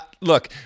Look